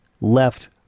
left